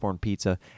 Pizza